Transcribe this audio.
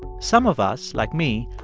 some of us, like me,